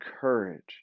courage